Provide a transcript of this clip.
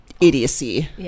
idiocy